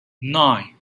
nine